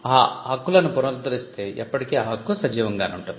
ఈ హక్కులను పునరుద్ధరిస్తే ఎప్పటికీ ఆ హక్కు సజీవంగానే ఉంటుంది